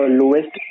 lowest